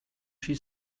she